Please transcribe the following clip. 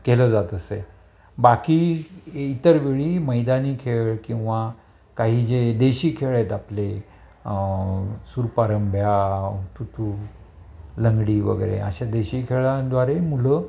केलं जात असे बाकी इतर वेळी मैदानी खेळ किंवा काही जे देशी खेळ आहेत आपले सुरपारंभ्या हुतूतू लंगडी वगैरे अशा देशी खेळांद्वारे मुलं